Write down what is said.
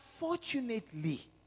unfortunately